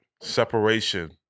separation